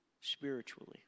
spiritually